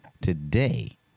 today